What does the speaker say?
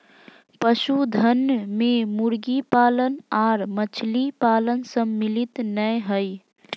पशुधन मे मुर्गी पालन आर मछली पालन सम्मिलित नै हई